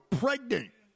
pregnant